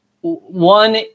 one